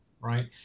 right